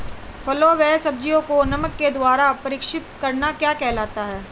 फलों व सब्जियों को नमक के द्वारा परीक्षित करना क्या कहलाता है?